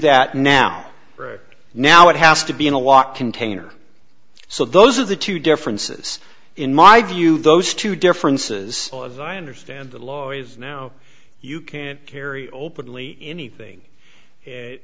that now right now it has to be in a lot container so those are the two differences in my view those two differences as i understand the law is now you can't carry openly anything